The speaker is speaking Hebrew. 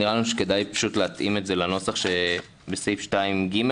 נראה לנו שכדאי להתאים את זה לנוסח שבסעיף 2(ג),